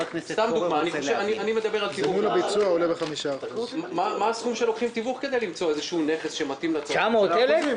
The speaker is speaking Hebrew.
מה סכום הכסף שלוקחים לתיווך כדי למצוא נכס שמתאים לצרכים שלנו.